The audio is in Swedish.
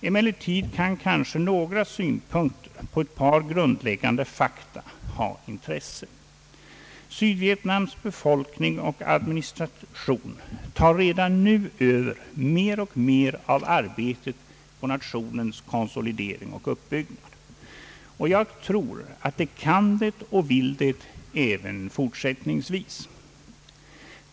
Emellertid kan kanske några synpunkter på ett par grundläggande fakta ha intresse. Sydvietnams befolkning och administration tar redan nu över mer och mer av arbetet på nationens konsolidering och uppbyggnad, och jag tror att den kan det och vill det även fortsättningsvis.